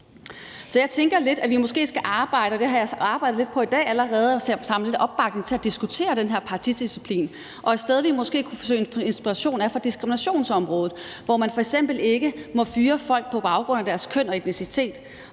Så jeg tænker lidt, at vi måske skal arbejde – og det har jeg så arbejdet lidt på i dag allerede – på at samle opbakning til at diskutere den her partidisciplin. Et sted, hvor vi måske kunne søge inspiration, er på diskriminationsområdet, hvor man f.eks. ikke må fyre folk på baggrund af deres køn og etnicitet.